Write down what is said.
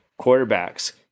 quarterbacks